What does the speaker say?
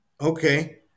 Okay